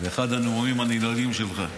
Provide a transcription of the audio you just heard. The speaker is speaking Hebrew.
לאחד הנאומים הנלהבים שלך.